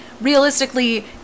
realistically